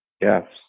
Yes